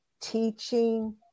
teaching